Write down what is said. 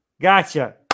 gotcha